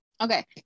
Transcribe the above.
okay